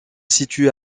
situe